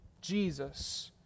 Jesus